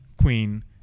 Queen